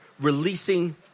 releasing